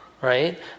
right